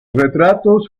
retratos